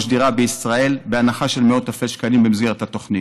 דירה בישראל בהנחה של מאות אלפי שקלים במסגרת התוכנית.